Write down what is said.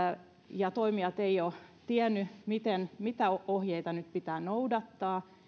ja toimijat eivät ole tienneet mitä ohjeita nyt pitää noudattaa